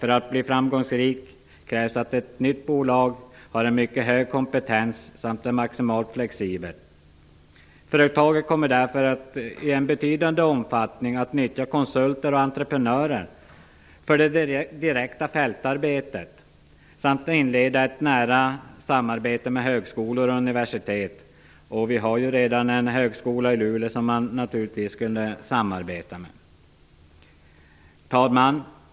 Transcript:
För att bli framgångsrikt krävs det att det nya bolaget har en mycket hög kompetens samt är maximalt flexibelt. Företaget kommer därför i betydande omfattning att nyttja konsulter och entreprenörer för det direkta fältarbetet samt inleda ett nära samarbete med högskolor och universitet. Vi har ju redan en högskola i Luleå, som man naturligtvis kunde samarbeta med. Herr talman!